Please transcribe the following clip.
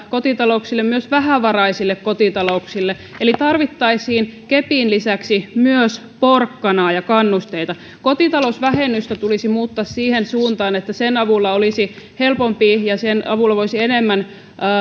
kotitalouksille myös vähävaraisille kotitalouksille eli tarvittaisiin kepin lisäksi myös porkkanaa ja kannusteita kotitalousvähennystä tulisi muuttaa siihen suuntaan että sen avulla olisi helpompi ja voisi enemmän